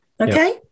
Okay